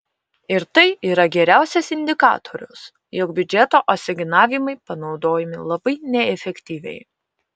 ir tai yra geriausias indikatorius jog biudžeto asignavimai panaudojami labai neefektyviai